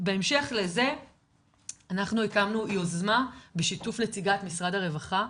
בהמשך לזה הקמנו יוזמה בשיתוף נציגת משרד הרווחה,